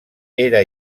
era